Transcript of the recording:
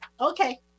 Okay